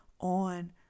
on